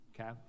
Okay